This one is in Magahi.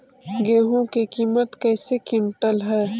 गेहू के किमत कैसे क्विंटल है?